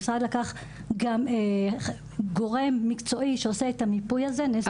המשרד לקח גורם מקצועי שעושה את המיפוי הזה.